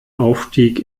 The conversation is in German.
aufstieg